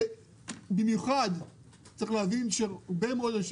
ובמיוחד צריך להבין שהרבה מאוד אנשים